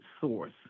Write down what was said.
source